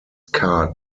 car